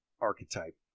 archetype